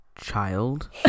child